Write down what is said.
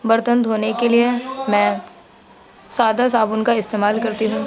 برتن دھونے کے لئے میں سادہ صابن کا استعمال کرتی ہوں